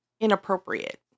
inappropriate